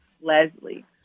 Leslie